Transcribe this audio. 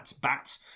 bat